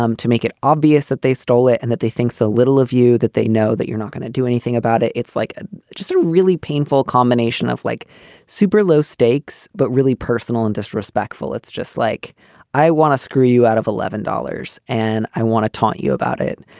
um to make it obvious that they stole it and that they think so little of you, that they know that you're not gonna do anything about it. it's like ah just a really painful combination of like super low stakes but really personal and disrespectful. it's just like i want to screw you out of eleven dollars. and i want to talk to you about it.